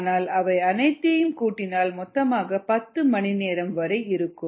ஆனால் அவை அனைத்தையும் கூட்டினால் மொத்தமாக 10 மணி நேரம் வரை இருக்கும்